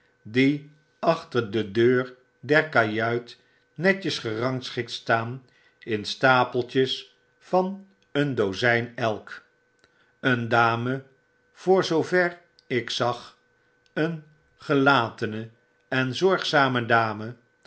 die achter de deur der kajuit netjes gerangschikt staan in stapeltjes van een dozyn elk een dame voorzoover ik zag een gelatene en zorgzame dame